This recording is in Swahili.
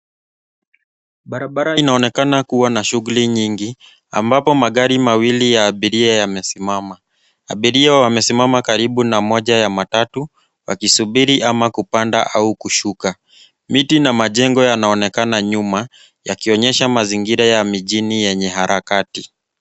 Barabara inaonekana kuwa na shughuli nyingi, amabpo magari mawili ya abiria yamesimama. Abiria wamesimama karibu na moja ya matatu, wakisubiri ama kupanda au kushuka. Miti na majengo yanaonekana nyuma yakionyesha mazingira ya mjini yenye harakati.